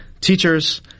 teachers